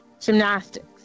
Gymnastics